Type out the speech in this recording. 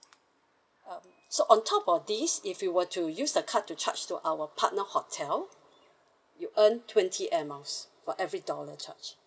um so on top of this if you were to use the card to charge to our partner hotel you earn twenty Air Miles for every dollar charged